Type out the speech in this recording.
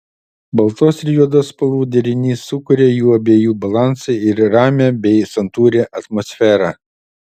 baltos ir juodos spalvų derinys sukuria jų abiejų balansą ir ramią bei santūrią atmosferą